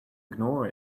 ignore